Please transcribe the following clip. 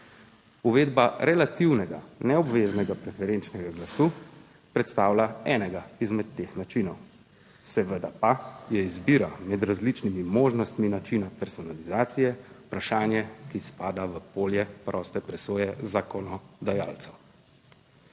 uvedba relativnega neobveznega preferenčnega glasu predstavlja enega izmed teh načinov, seveda pa je izbira med različnimi možnostmi načina personalizacije vprašanje, ki spada v polje proste presoje zakonodajalcev.